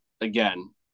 again